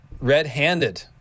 Red-handed